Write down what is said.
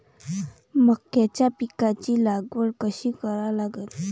मक्याच्या पिकाची लागवड कशी करा लागन?